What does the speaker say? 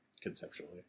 conceptually